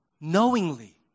knowingly